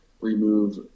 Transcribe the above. remove